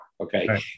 okay